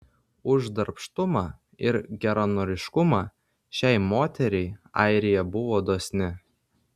už darbštumą ir geranoriškumą šiai moteriai airija buvo dosni